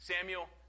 Samuel